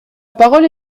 parole